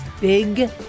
big